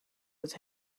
his